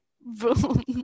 boom